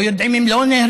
לא יודעים אם לא נהרגו,